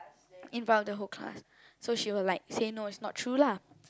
in front of the whole class so she will like say no it's not true lah